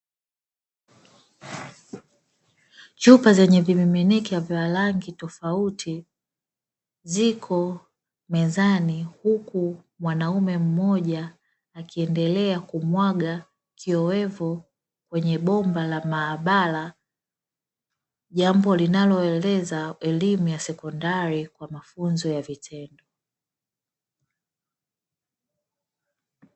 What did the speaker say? Chupa zenye vimiminika vya rangi tofauti ziko mezani, huku mwanaume mmoja akiendelea kumwaga kiowevu kwenye bomba la maabara, jambo linalochangia maendeleo ya elimu ya sekondari kwa mafunzo ya vitendo.